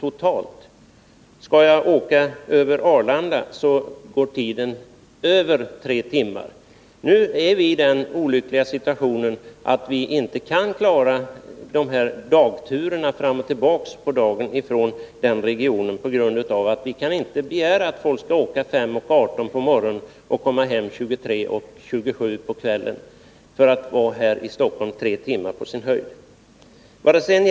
Nu är vi som bor i den regionen i den olyckliga situationen att vi inte kan klara att åka fram och tillbaka till Stockholm över dagen med järnväg. Man kan inte begära att folk skall åka kl. 5.18 på morgonen och komma hem kl. 23.27 på kvällen för att bara vara i Stockholm på sin höjd tre timmar.